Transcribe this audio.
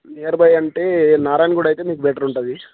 near by అంటే Narayanaguda అయితే మీకు బెటర్ ఉంటది